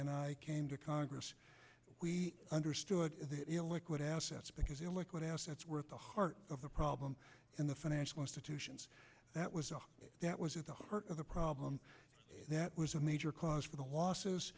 bernanke came to congress we understood the illiquid assets because illiquid assets were at the heart of the problem in the financial institutions that was that was at the heart of the problem that was a major cause for the losses